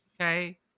okay